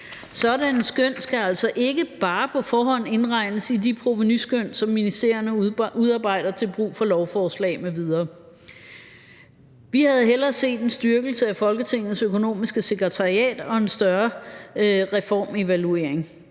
skøn skal altså ikke bare på forhånd indregnes i de provenuskøn, som ministerierne udarbejder til brug for lovforslag m.v. Vi havde hellere set en styrkelse af Folketingets økonomiske sekretariat og en større reformevaluering.